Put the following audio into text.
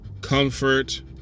comfort